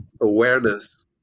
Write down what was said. awareness